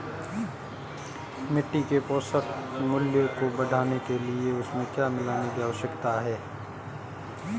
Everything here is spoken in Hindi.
मिट्टी के पोषक मूल्य को बढ़ाने के लिए उसमें क्या मिलाने की आवश्यकता है?